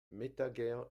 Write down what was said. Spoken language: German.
metager